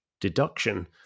deduction